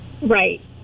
Right